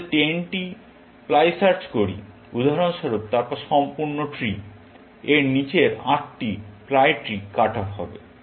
আমরা যদি 10টি প্লাই সার্চ করি উদাহরণস্বরূপ তারপর সম্পূর্ণ ট্রি এর নিচের ৮টি প্লাই ট্রি কাট অফ হবে